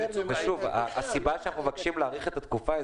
ושוב, הסיבה שאנחנו מבקשים להאריך את התקופה היא